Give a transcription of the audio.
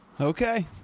Okay